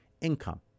Income